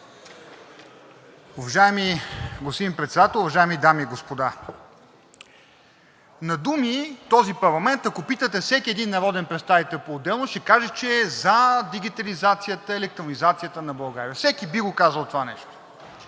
Уважаеми господин Председател, уважаеми дами и господа! На думи в този парламент, ако питате всеки един народен представител поотделно, ще каже, че е за дигитализацията, електронизацията на България, всеки би го казал това нещо.